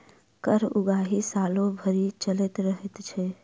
कर उगाही सालो भरि चलैत रहैत छै